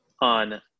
on